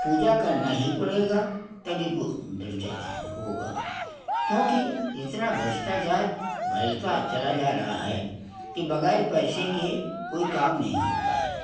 पूजा करना ही पड़ेगा तभी वो भ्रष्टाचार होगा क्योंकि इतना भ्रष्टाचार फैलता चला जा रहा है कि बग़ैर पैसे के कोई काम नहीं होता है